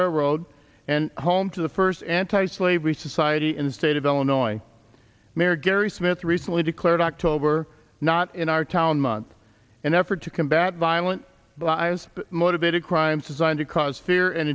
railroad and home to the first anti slavery society in the state of illinois mayor gary smith recently declared october not in our town month an effort to combat violent but i was motivated crimes designed to cause fear and